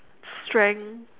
strength